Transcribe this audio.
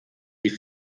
die